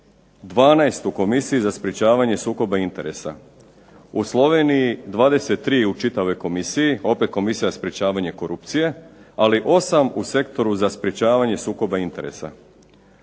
12 u komisiji za sprečavanje sukoba interesa, u Sloveniji 23 u čitavoj Komisiji, Komisija sprečavanje korupcije, ali 8 u sektoru za sprečavanje sukoba interesa.